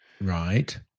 Right